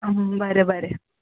बरें बरें